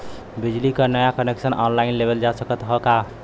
बिजली क नया कनेक्शन ऑनलाइन लेवल जा सकत ह का?